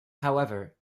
however